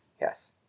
Yes